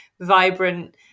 vibrant